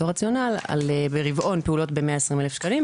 באותו רציונל פעולות ברבעון ב-120,000 שקלים,